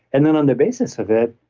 and then on the basis of it,